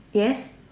yes